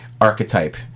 archetype